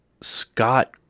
Scott